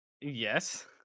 Yes